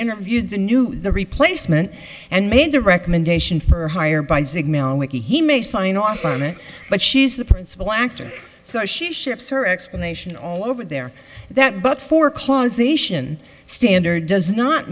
interviewed the new the replacement and made the recommendation for hire by he may sign off on it but she's the principal actor so she ships her explanation all over there that but for causation standard does not